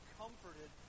comforted